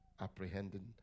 apprehending